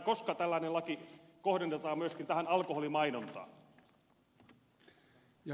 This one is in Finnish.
koska tällainen laki kohdennetaan myöskin alkoholimainontaan